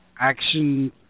action